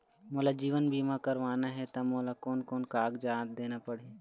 मोला जीवन बीमा करवाना हे ता मोला कोन कोन कागजात देना पड़ही?